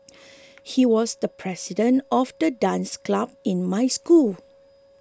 he was the president of the dance club in my school